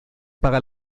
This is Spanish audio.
paga